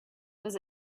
does